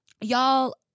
y'all